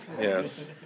yes